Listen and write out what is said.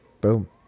Boom